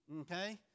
Okay